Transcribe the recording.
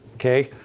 okay?